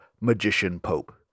magician-pope